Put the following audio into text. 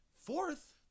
Fourth